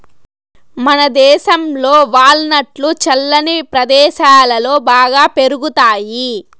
మనదేశంలో వాల్ నట్లు చల్లని ప్రదేశాలలో బాగా పెరుగుతాయి